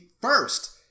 First